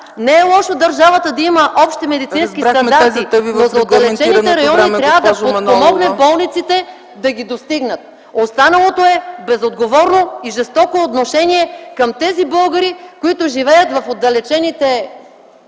Не е лошо държавата да има общи медицински стандарти, но за отдалечените райони трябва да подпомогне болниците да ги достигнат. Останалото е безотговорно и жестоко отношение към тези българи, които живеят в отдалечените краища